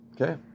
Okay